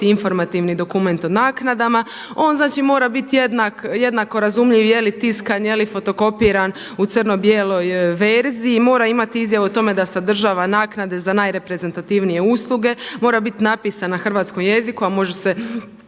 informativni dokument o naknadama. On znači mora biti jednako razumljiv je li tiskan, je li fotokopiran u crno bijeloj verziji i mora imati izjavu o tome da sadržava naknade za najreprezentativnije usluge, mora biti napisan na hrvatskom jeziku a može se